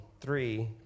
three